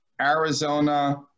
Arizona